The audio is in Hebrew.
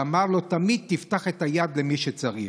שאמר לו: תמיד תפתח את היד למי שצריך.